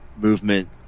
movement